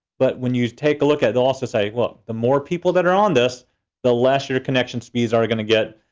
but when you take a look at it, they'll also say, look, the more people that are on this the less your connection speeds are going to get.